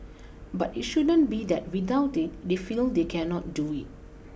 but it shouldn't be that without it they feel they cannot do it